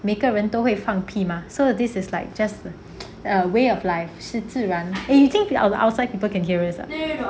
每个人都会放屁 mah so this is like just a way of life 是自然 eh you think outside people can hear us ah